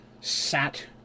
sat